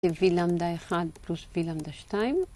‫וי למדא אחד פלוס וי למדא שתיים.